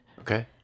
okay